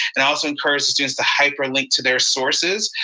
and also encourage the students to hyperlink to their sources.